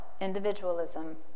individualism